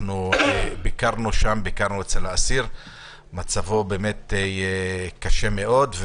ביקרנו אצל האסיר ומצבו באמת קשה מאוד.